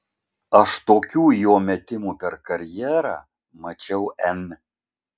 aš tokių jo metimų per karjerą mačiau n